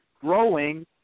growing